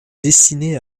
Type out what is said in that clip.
destinées